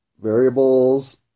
Variables